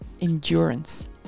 endurance